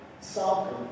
soccer